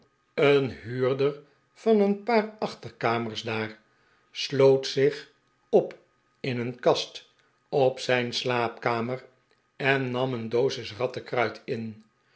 een huurder van een paar achterkamers daar sloot zich op in een kast op zijn slaapkamer en nam een dosis rattenkruid in